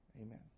amen